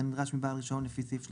כנדרש מבעל רישיון לפי סעיף 35/א'.